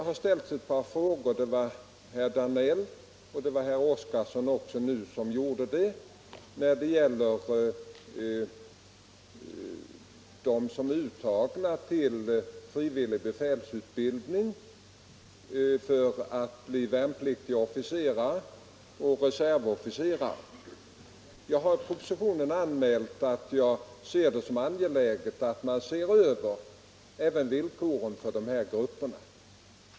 Herr Danell och herr Oskarson ställde ett par frågor beträffande dem som är uttagna till frivillig befälsutbildning för att bli värnpliktiga officerare eller reservofficerare. Jag har i propositionen anmält att jag betraktar det såsom angeläget att man ser över villkoren även för dessa grupper.